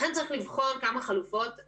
לכן צריך לבחון כמה חלופות,